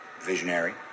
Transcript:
visionary